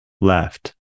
left